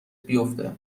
بیفته